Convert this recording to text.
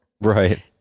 Right